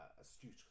astute